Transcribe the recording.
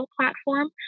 platform